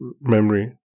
memory